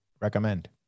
recommend